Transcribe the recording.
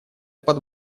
под